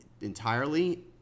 entirely